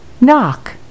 knock